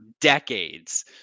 decades